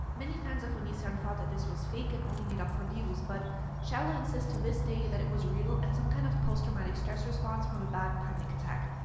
many fans of onision thought that this was fake and only made up for views, but shiloh insists to this day that it was real and some kind of post traumatic stress response from a bad panic attack.